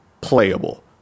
playable